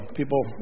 people